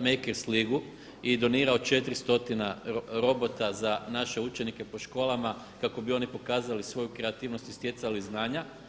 makers ligu i donirao 4 stotine robota za naše učenike po školama kako bi oni pokazali svoju kreativnost i stjecali znanja.